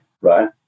right